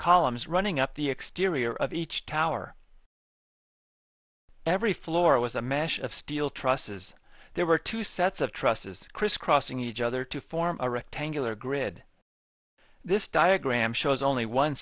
columns running up the exterior of each tower every floor was a mesh of steel trusses there were two sets of trusses crisscrossing each other to form a rectangular grid this diagram shows only one